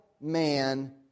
man